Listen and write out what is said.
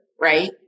right